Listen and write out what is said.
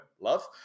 love